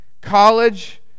college